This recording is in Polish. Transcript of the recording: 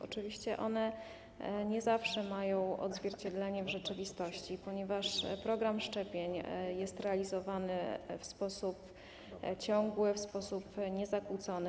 Oczywiście one nie zawsze mają odzwierciedlenie w rzeczywistości, ponieważ program szczepień jest realizowany w sposób ciągły, w sposób niezakłócony.